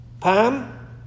Pam